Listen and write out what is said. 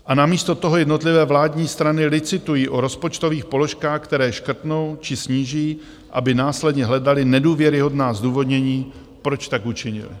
A namísto toho jednotlivé vládní strany licitují o rozpočtových položkách, které škrtnou či sníží, aby následně hledaly nedůvěryhodná zdůvodnění, proč tak učinily.